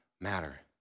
matter